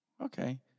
Okay